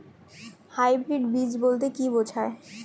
Hybrid বীজ বলতে কী বোঝায়?